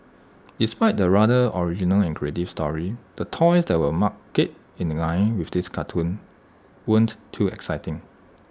despite the rather original and creative story the toys that were marketed in line with this cartoon weren't too exciting